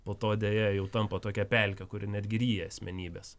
po to deja jau tampa tokia pelke kuri netgi ryja asmenybes